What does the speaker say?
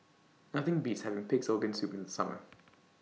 Nothing Beats having Pig'S Organ Soup in The Summer